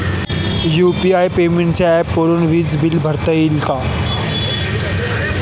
UPI पेमेंटच्या ऍपवरुन वीज बिल भरता येते का?